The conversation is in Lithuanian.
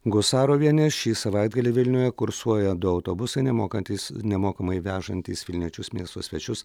gusarovienė šį savaitgalį vilniuje kursuoja du autobusai nemokantys nemokamai vežantys vilniečius miesto svečius